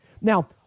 Now